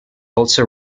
also